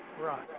Right